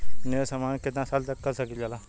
निवेश हमहन के कितना साल तक के सकीलाजा?